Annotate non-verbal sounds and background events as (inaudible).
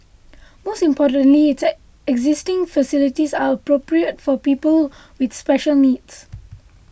most importantly its (unintelligible) existing facilities are appropriate for people with special needs